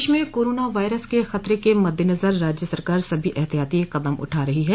प्रदेश में corona virus के खतरे के मददेनजर राज्य सरकार सभी ऐहतियाती कदम उठा रही है